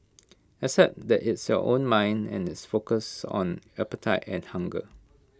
except that it's your own mind and IT focuses on appetite and hunger